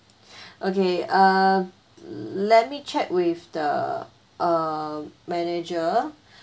okay uh let me check with the uh manager